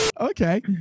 Okay